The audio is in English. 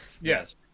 Yes